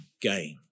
game